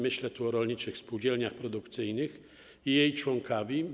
Myślę tu o rolniczych spółdzielniach produkcyjnych i ich członkach.